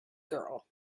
girl